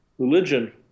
Religion